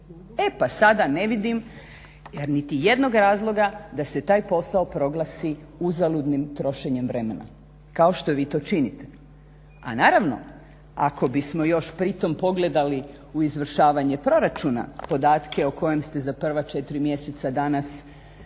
E pa sada ne vidim niti jednog razloga da se taj posao proglasi uzaludnim trošenjem vremena kao što vi to činite, a naravno ako bismo još pritom pogledali u izvršavanje proračuna podatke o kojem ste za prva četiri mjeseca danas 11.